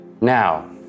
now